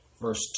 verse